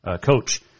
coach